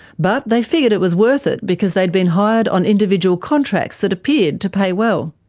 but they figured it was worth it, because they'd been hired on individual contracts that appeared to pay well.